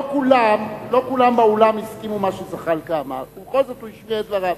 לא כולם באולם הסכימו עם מה שזחאלקה אמר ובכל זאת הוא ביטא את דבריו.